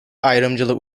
ayrımcılık